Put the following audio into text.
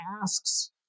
asks